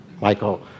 Michael